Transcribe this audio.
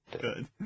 Good